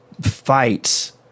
fights –